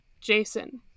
jason